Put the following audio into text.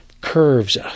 curves